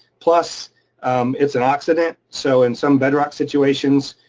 plus it's an oxidant, so in some bedrock situations,